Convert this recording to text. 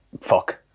fuck